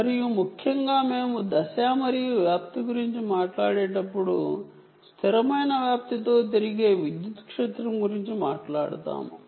మరియు ముఖ్యంగా మేము ఆంప్లిట్యూడ్ మరియు ఫేజ్ గురించి మాట్లాడేటప్పుడు స్థిరమైన ఆంప్లిట్యూడ్ తో తిరిగే విద్యుత్ క్షేత్రం గురించి మాట్లాడుతాము